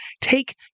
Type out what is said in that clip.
take